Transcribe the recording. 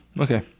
Okay